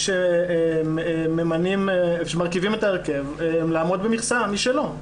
שמרכיבים את ההרכב לעמוד במכסה משלו.